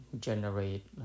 generate